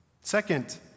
Second